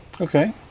Okay